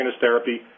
therapy